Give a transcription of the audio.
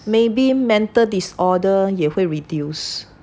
maybe mental disorder 也会 reduce